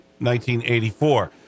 1984